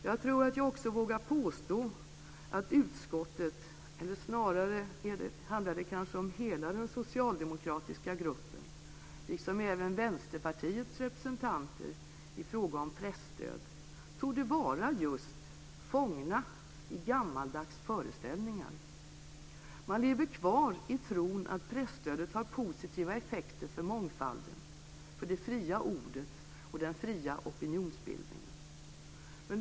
Jag tror att jag också vågar påstå att utskottet - eller snarare kanske hela den socialdemokratiska gruppen, liksom även Vänsterpartiets representanter - i fråga om presstöd torde vara just "fånget i gammaldags föreställningar". Man lever kvar i tron att presstödet har positiva effekter för mångfalden, för det fria ordet och den fria opinionsbildningen.